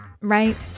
Right